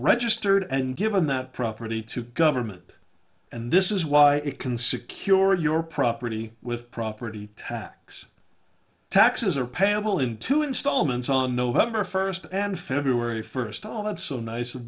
registered and given that property to government and this is why it can secure your property with property tax taxes are payable in two installments on november first and february first all that so nice of